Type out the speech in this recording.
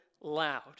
loud